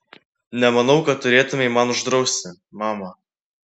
nemanau kad turėtumei man uždrausti mama